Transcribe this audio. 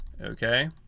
Okay